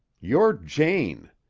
you're jane.